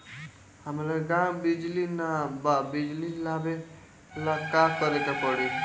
हमरा गॉव बिजली न बा बिजली लाबे ला का करे के पड़ी?